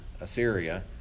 Assyria